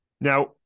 Now